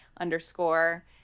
underscore